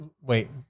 Wait